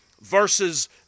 versus